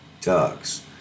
ducks